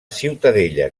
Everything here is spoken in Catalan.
ciutadella